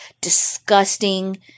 disgusting